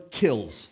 kills